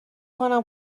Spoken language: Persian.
کنم